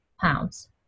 pounds